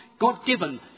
God-given